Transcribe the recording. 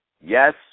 Yes